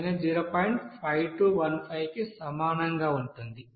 5215 కి సమానంగా ఉంటుంది